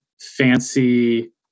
fancy